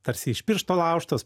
tarsi iš piršto laužtos